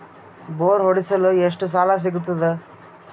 Bore ಹೊಡೆಸಲು ಎಷ್ಟು ಸಾಲ ಸಿಗತದ?